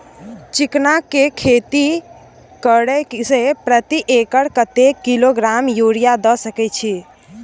चिकना के खेती करे से प्रति एकर कतेक किलोग्राम यूरिया द सके छी?